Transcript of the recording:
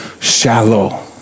shallow